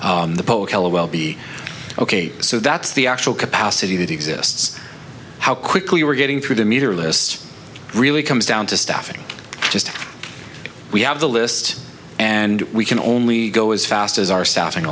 hello will be ok so that's the actual capacity that exists how quickly we're getting through the meter lists really comes down to staffing just we have the list and we can only go as fast as our staffing